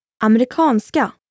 Amerikanska